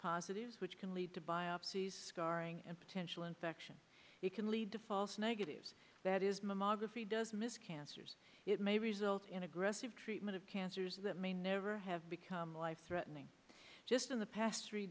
positives which can lead to biopsies scarring and potential infection you can leave false negatives that is mammography does miss cancers it may result in aggressive treatment of cancers that may never have become life threatening just in the past three